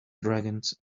dragons